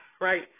Right